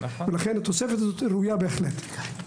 לכן התוספת הזאת בהחלט ראויה.